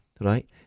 Right